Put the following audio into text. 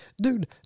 Dude